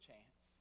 chance